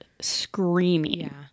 screaming